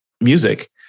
music